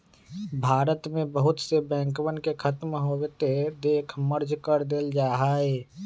भारत के बहुत से बैंकवन के खत्म होते देख मर्ज कर देयल जाहई